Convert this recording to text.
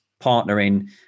partnering